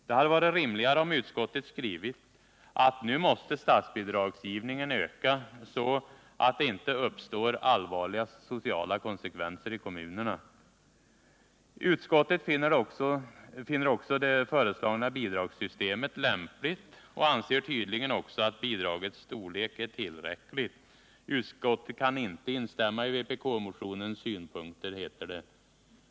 Det hade varit rimligare om utskottet skrivit att nu måste statsbidragsgivningen öka så att det inte uppstår allvarliga sociala konsekvenser i kommunerna. Utskottet finner det föreslagna bidragssystemet lämpligt — och anser tydligen också att bidragets storlek är tillräckligt. Utskottet kan inte instämma i vpk-motionens synpunkter, heter det.